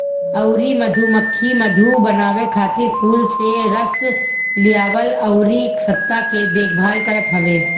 अउरी मधुमक्खी मधु बनावे खातिर फूल से रस लियावल अउरी छत्ता के देखभाल करत हई